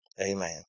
Amen